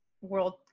world